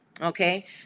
Okay